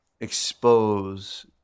expose